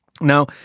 Now